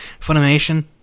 Funimation